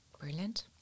Brilliant